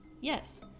yes